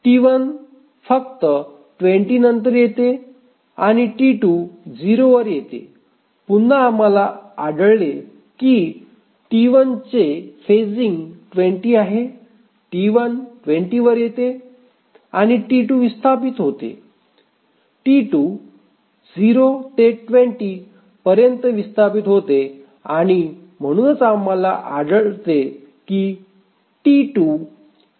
T1 फक्त 20 नंतर येते आणि T2 0 वर येते पुन्हा आम्हाला आढळले की T1 चे फेजिंग 20 आहे T1 20 वर येते आणि T2 विस्थापित होते T2 0 ते 20 पर्यंत विस्थापित होते आणि म्हणूनच आम्हाला आढळते की T2 80 ने पूर्ण होते